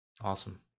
Awesome